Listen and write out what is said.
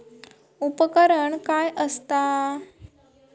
उपकरण काय असता?